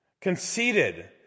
Conceited